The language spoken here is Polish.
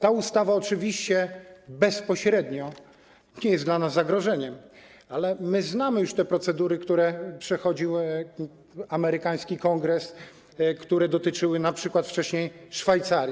Ta ustawa oczywiście bezpośrednio nie jest dla nas zagrożeniem, ale my znamy już te procedury, które przechodził amerykański Kongres, które dotyczyły np. wcześniej Szwajcarii.